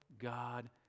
God